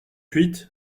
huit